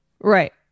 right